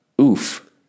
oof